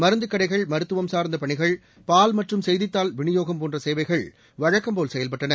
மருந்து கடைகள் மருத்துவம் சார்ந்தப் பணிகள் பால் மற்றும் செய்தித்தாள் விநியோகம் போன்ற சேவைகள் வழக்கம் போல் செயல்பட்டன